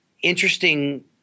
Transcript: interesting